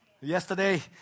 Yesterday